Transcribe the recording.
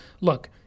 look